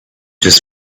just